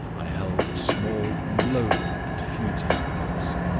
i held a small and lowly and futile post.